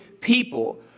people